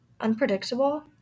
unpredictable